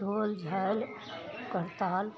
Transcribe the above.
ढोल झालि करताल